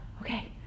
Okay